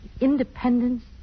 Independence